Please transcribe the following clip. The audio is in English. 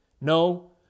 No